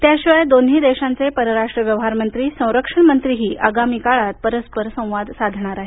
त्याशिवाय दोन्ही देशांचे परराष्ट्र व्यवहार मंत्री संरक्षण मंत्रीही आगामी काळात परस्पर संवाद साधणार आहेत